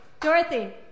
Dorothy